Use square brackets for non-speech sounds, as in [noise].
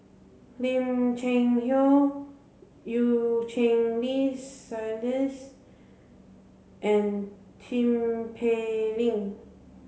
Lim Cheng Hoe Eu Cheng Li [unintelligible] and Tin Pei Ling